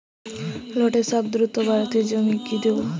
লটে শাখ দ্রুত বাড়াতে জমিতে কি দেবো?